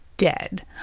dead